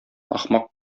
ахмак